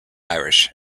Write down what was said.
irish